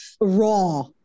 raw